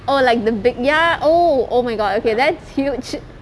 oh like the big ya oh oh my god okay that's huge